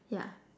ya